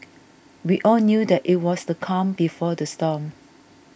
we all knew that it was the calm before the storm